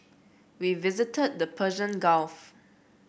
we visited the Persian Gulf